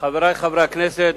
חברי חברי הכנסת,